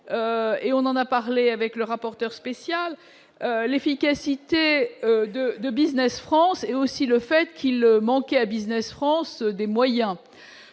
et on en a parlé avec le rapporteur spécial, l'efficacité de de Business France et aussi le fait. Il manquait à Business France des moyens